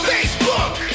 Facebook